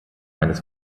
eines